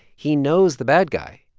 he knows the bad guy.